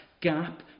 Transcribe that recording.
gap